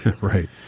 Right